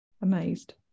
amazed